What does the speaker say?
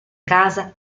casa